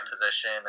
position